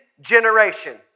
generation